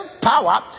power